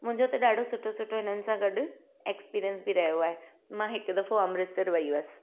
मुंहिजो त ॾाढो सुठो सुठो हिननि सां गॾु एक्सपीरियंस बि रहियो आहे मां हिक दफ़ो अमृतसर वई हुअसि